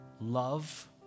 love